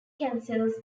cancels